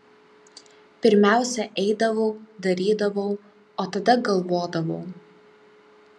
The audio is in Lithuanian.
pirmiausia eidavau darydavau o tada galvodavau